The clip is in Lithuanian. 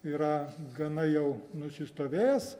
yra gana jau nusistovėjęs